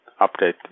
update